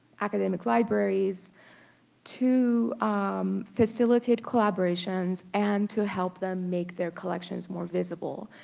academic libraries to um facilitate collaborations and to help them make their collections more visible.